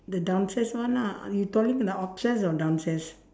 the downstairs one ah you talking the downstairs or upstairs